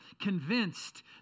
Convinced